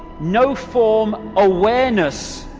no-form awareness,